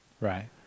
Right